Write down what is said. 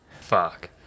Fuck